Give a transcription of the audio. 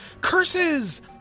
Curses